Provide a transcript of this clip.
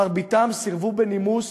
מרביתם סירבו בנימוס,